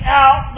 out